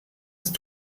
ist